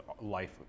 life